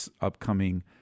upcoming